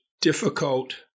difficult